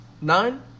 Nine